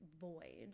void